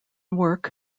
work